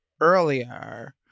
earlier